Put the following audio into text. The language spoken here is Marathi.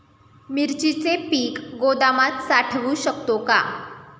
मिरचीचे पीक गोदामात साठवू शकतो का?